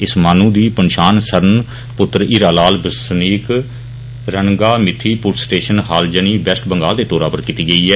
इस माहनू दी पन्छान सरन पुत्र हीरा लाल बसनीक रनगा मिथी पुलस स्टेशन हालजनी बेस्ट बंगाल दे तौरा पर कीती गेई ऐ